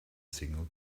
signal